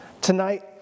Tonight